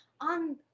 on